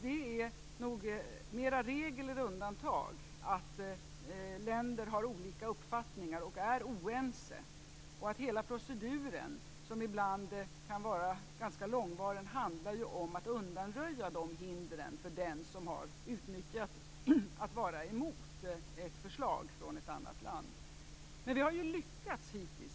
Det är nog mera regel än undantag att länder har olika uppfattningar och är oense. Hela proceduren, som ibland kan vara ganska långvarig, handlar ju om att undanröja dessa hinder för den som har utnyttjat rätten att vara emot ett förslag från ett annat land. Hittills har vi lyckats.